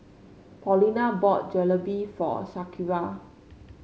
Paulina brought Jalebi for Shakira